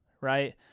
right